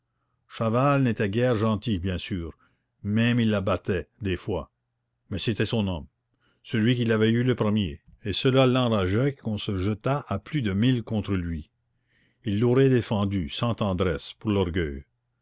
chaval n'était guère gentil bien sûr même il la battait des fois mais c'était son homme celui qui l'avait eue le premier et cela l'enrageait qu'on se jetât à plus de mille contre lui elle l'aurait défendu sans tendresse pour l'orgueil